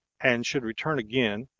and should return again,